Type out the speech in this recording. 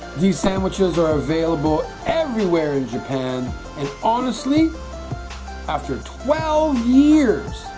these sandwiches are available everywhere in japan and honestly after twelve years